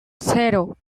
cero